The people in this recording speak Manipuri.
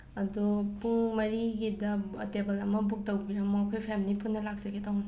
ꯑꯗꯣ ꯄꯨꯡ ꯃꯔꯤꯒꯤꯗ ꯇꯦꯕꯜ ꯑꯃ ꯕꯨꯛ ꯇꯧꯕꯤꯔꯝꯃꯣ ꯑꯩꯈꯣꯏ ꯐꯦꯃꯤꯂꯤ ꯄꯨꯟꯅ ꯂꯥꯛꯆꯒꯦ ꯇꯧꯅꯦ